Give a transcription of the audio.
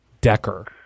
Decker